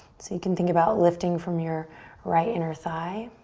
so you can think about lifting from your right inner thigh.